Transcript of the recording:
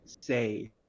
say